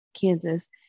Kansas